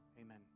Amen